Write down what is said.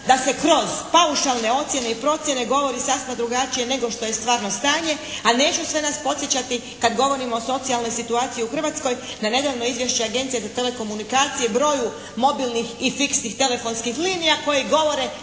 da se kroz paušalne ocjene i procjene govori sasma drugačije nego što je stvarno stanje, a neću sve nas podsjećati kad govorimo o socijalnoj situaciji u Hrvatskoj na nedavno izvješće Agencije za telekomunikacije broju mobilnih i fiksnih telefonskih linija koje govore